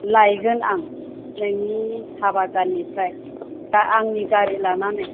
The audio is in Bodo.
लायगोन आं नोंनि साहा बागाननिफ्राय बा आंनि गारि लानानै